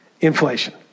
inflation